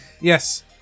Yes